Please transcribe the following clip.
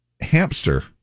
Hamster